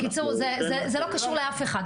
בקיצור, זה לא קשור לאף אחד.